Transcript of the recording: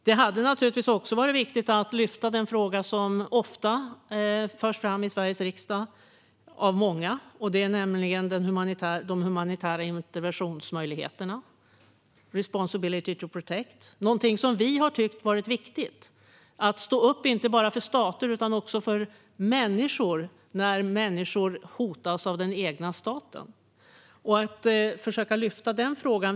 Det hade naturligtvis också varit viktigt att lyfta upp den fråga som ofta förs fram i Sveriges riksdag, av många, nämligen möjligheten till humanitär intervention - responsibility to protect. Vi har ansett det vara viktigt att stå upp inte bara för stater utan också för människor när de hotas av den egna staten. Det hade varit angeläget att lyfta upp den frågan.